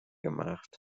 gemacht